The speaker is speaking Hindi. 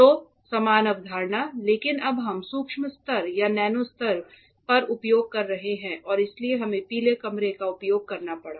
तो समान अवधारणा लेकिन अब हम सूक्ष्म स्तर या नैनो स्तर पर उपयोग कर रहे हैं और इसलिए हमें पीले कमरे का उपयोग करना पड़ा